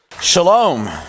Shalom